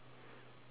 what